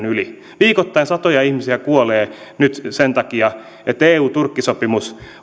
yli viikoittain satoja ihmisiä kuolee nyt sen takia että eu turkki sopimus